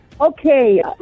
Okay